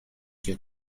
you